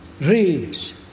reads